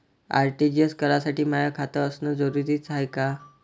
RTGS करासाठी माय खात असनं जरुरीच हाय का?